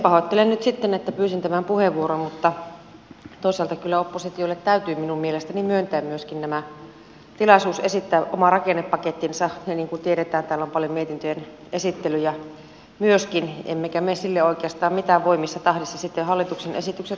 pahoittelen nyt sitten että pyysin tämän puheenvuoron mutta toisaalta kyllä oppositiolle täytyy minun mielestäni myöntää myöskin tilaisuus esittää oma rakennepakettinsa ja niin kuin tiedetään täällä on paljon mietintöjen esittelyjä myöskin emmekä me sille oikeastaan mitään voi missä tahdissa sitten hallituksen esitykset ovat tulleet